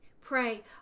Pray